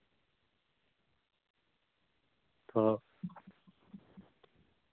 ᱛᱚ